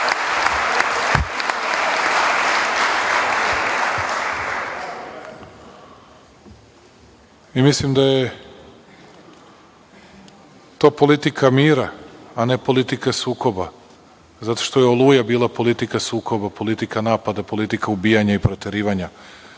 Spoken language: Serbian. Mislim da je to politika mira, a ne politika sukoba, zato što je „Oluja“ bila politika sukoba, politika napada, politika ubijanja i proterivanja. Jedno